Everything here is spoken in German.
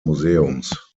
museums